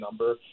number